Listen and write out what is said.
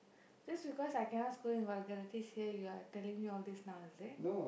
just because I cannot scold in vulgarities here you are telling me all this now is it